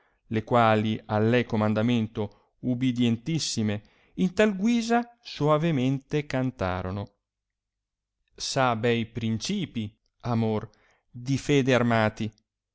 le quali al lei comandamento ubidientissime in tal guisa soavemente cantarono s'a bei principi amor di fede armati